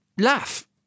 laugh